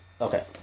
Okay